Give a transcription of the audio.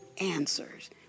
answers